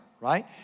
right